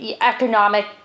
economic